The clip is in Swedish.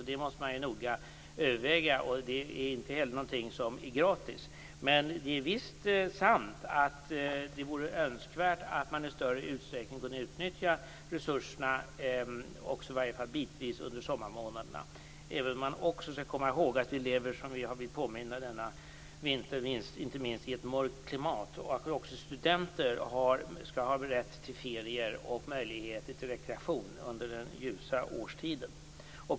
Detta måste man alltså noga överväga, och det är inte heller någonting som är gratis. Det är visst sant att det vore önskvärt att man i större utsträckning kunde utnyttja resurserna i varje fall bitvis också under sommarmånaderna. Emellertid bör vi komma ihåg att vi, som vi har blivit påminda om denna vinter, lever i ett område med mörka vintrar och att också studenter skall ha rätt till ferier och möjligheter till rekreation under den ljusa årstiden.